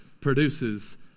produces